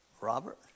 Robert